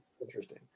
interesting